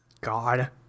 God